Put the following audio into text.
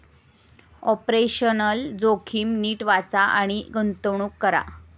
operational जोखीम नीट वाचा आणि गुंतवणूक करा